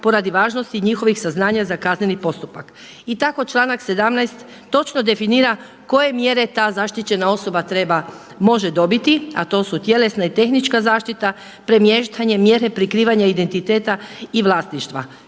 poradi važnosti njihovih saznanja za kazneni postupak. I tako članak 17. točno definira koje mjera ta zaštićena osoba treba, može dobiti a tu su tjelesna i tehnička zaštita, premještanje mjere prikrivanja identiteta i vlasništva,